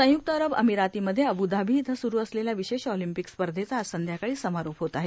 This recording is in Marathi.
संयुक्त अरब अमिरातीमध्ये अब्धाबी इथं स्रू असलेल्या विशेष ऑलिपिंक स्पर्धेचा आज संध्याकाळी समारोप होत आहे